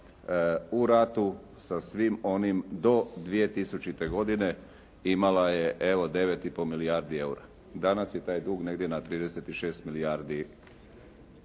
u ratu sa svim onim do 2000. godine imala je evo 9,5 milijardi eura. Danas je taj dug negdje na 36 milijardi eura.